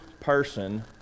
person